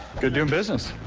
good doing business.